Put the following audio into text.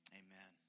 amen